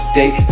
date